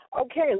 Okay